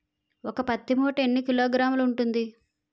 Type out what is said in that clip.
ఒక పత్తి మూట ఎన్ని కిలోగ్రాములు ఉంటుంది?